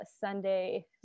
Sunday